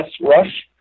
Rush